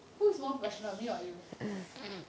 who is more passionate me or you